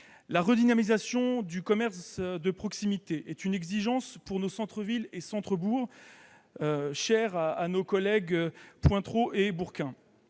La redynamisation du commerce de proximité est une exigence pour nos centres-villes et centres-bourgs, chère à Rémy Pointereau et Martial